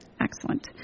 excellent